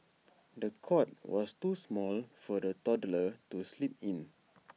the cot was too small for the toddler to sleep in